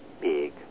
big